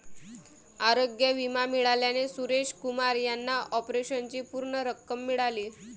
आरोग्य विमा मिळाल्याने सुरेश कुमार यांना ऑपरेशनची पूर्ण रक्कम मिळाली